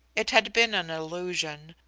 it had been an illusion,